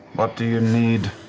what do you need?